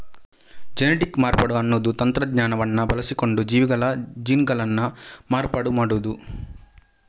genetic ಮಾರ್ಪಾಡು ಅನ್ನುದು ತಂತ್ರಜ್ಞಾನವನ್ನ ಬಳಸಿಕೊಂಡು ಜೀವಿಗಳ ಜೀನ್ಗಳನ್ನ ಮಾರ್ಪಾಡು ಮಾಡುದು